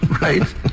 Right